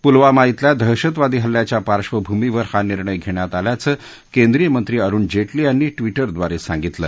पुलवामा िब्रेल्या दहशतवादी हल्ल्याच्या पार्श्वभूमीवर हा निर्णय घेण्यात आल्याचं केंद्रीय मंत्री अरुण जेटली यांनी ट्विटरद्वारे सांगितलं